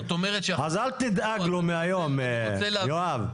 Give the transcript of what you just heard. אז אל תדאג לו מהיום יואב.